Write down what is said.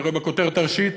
אני רואה בכותרת הראשית,